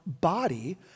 body